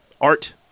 art